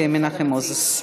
מנחם מוזס.